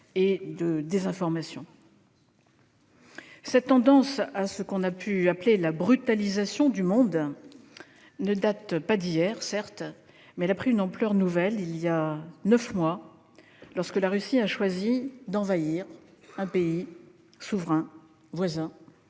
Cette tendance à ce qu'on a pu appeler la « brutalisation » du monde ne date certes pas d'hier, mais elle a pris une ampleur nouvelle il y a neuf mois, lorsque la Russie a choisi d'envahir et d'agresser